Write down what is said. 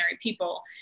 people